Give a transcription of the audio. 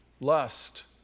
lust